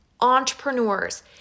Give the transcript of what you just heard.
entrepreneurs